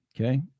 Okay